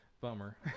Bummer